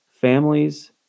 families